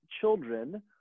children